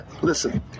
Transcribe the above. Listen